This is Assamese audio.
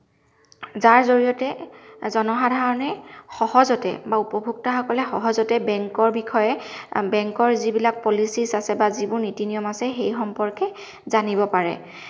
যাৰ জৰিয়তে জনসাধাৰণে সহজতে বা উপভুক্তাসকলে সহজতে বেংকৰ বিষয়ে বেংকৰ যিবিলাক পলিচিছ আছে বা যিবোৰ নীতি নিয়ম আছে সেই সম্পৰ্কে জানিব পাৰে